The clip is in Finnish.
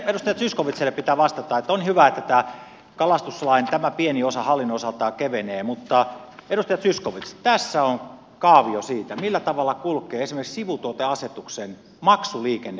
sitten edustaja zyskowiczille pitää vastata että on hyvä että kalastuslaissa tämä pieni osa hallinnon osalta kevenee mutta edustaja zyskowicz tässä on kaavio siitä millä tavalla kulkee esimerkiksi sivutuoteasetuksen maksuliikenne valtiolle